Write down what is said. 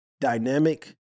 dynamic